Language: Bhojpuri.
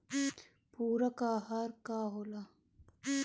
पुरक अहार का होला?